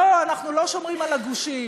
לא, אנחנו לא שומרים על הגושים,